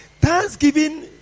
Thanksgiving